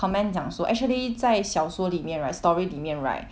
comment 讲说 actually 在小说里面 right story 里面 right